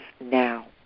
now